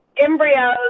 embryos